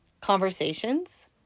conversations